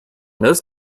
most